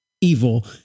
evil